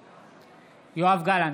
נגד יואב גלנט,